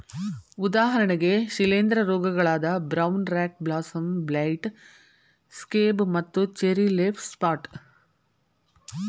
ಉದಾಹರಣೆಗೆ ಶಿಲೇಂಧ್ರ ರೋಗಗಳಾದ brown rot blossom blight, scab ಮತ್ತು ಚೆರ್ರಿ ಲೇಫ್ ಸ್ಪಾಟ್